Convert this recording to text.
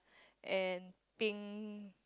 and pink